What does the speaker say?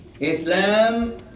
Islam